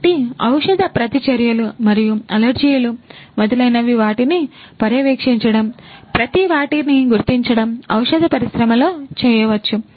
కాబట్టి ఔషధ ప్రతిచర్యలు మరియు అలెర్జీలు మొదలైనవి వాటిని పర్యవేక్షించడం ప్రతి వాటిని గుర్తించడం ఔషధ పరిశ్రమలో చేయవచ్చు